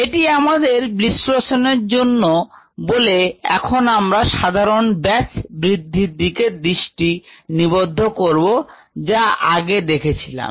এটি আমাদের বিশ্লেষণের জন্য বলে এখন আমরা সাধারন ব্যাচ growth এর দিকে দৃষ্টি নিবদ্ধ করব যা আগে দেখেছিলাম